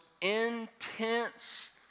intense